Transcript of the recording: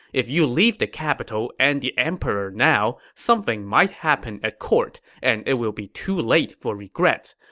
if you leave the capital and the emperor now, something might happen at court, and it will be too late for regrets.